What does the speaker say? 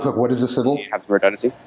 what is a cbl? you have redundancy.